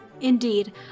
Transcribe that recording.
indeed